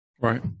Right